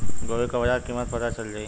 गोभी का बाजार कीमत पता चल जाई?